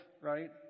right